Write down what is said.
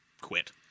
quit